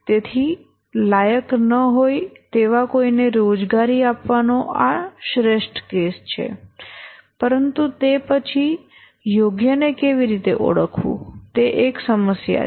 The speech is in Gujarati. તેથી લાયક ન હોય તેવા કોઈને રોજગારી આપવાનો આ શ્રેષ્ઠ કેસ છે પરંતુ તે પછી યોગ્ય ને કેવી રીતે ઓળખવું તે એક સમસ્યા છે